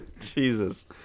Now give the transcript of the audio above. Jesus